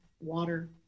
water